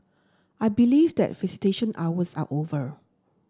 I believe that visitation hours are over